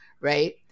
right